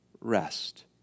rest